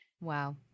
Wow